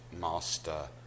master